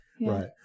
Right